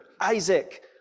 Isaac